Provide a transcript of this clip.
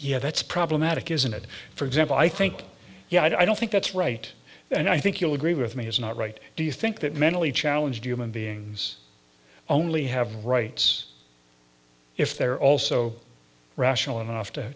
yet that's problematic isn't it for example i think yeah i don't think that's right and i think you'll agree with me is not right do you think that mentally challenged human beings only have rights if they're also rational enough to